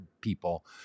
people